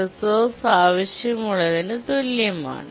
resource ആവശ്യമുള്ളതിനു തുല്യമാണ്